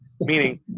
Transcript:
Meaning